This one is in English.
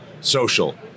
social